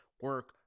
Work